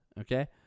Okay